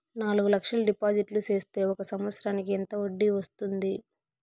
నాలుగు లక్షల డిపాజిట్లు సేస్తే ఒక సంవత్సరానికి ఎంత వడ్డీ వస్తుంది?